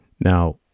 Now